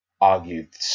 argued